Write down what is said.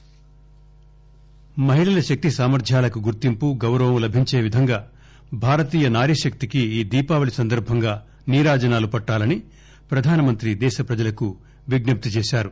మస్ కీ బాత్ మహిళల శక్తి సామర్థ్యాలకు గుర్తింపు గౌరవం లభించే విధంగా భారతీయ నారీ శక్తికి ఈ దీపావళి సందర్భంగా నీరాజనాలు పట్టాలని ప్రధాన మంత్రి దేశ ప్రజలకు విజ్ఞప్తి చేశారు